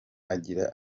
agira